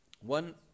One